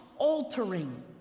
Altering